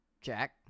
Jack